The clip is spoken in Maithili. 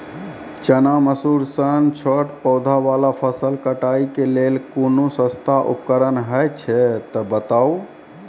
चना, मसूर सन छोट पौधा वाला फसल कटाई के लेल कूनू सस्ता उपकरण हे छै तऽ बताऊ?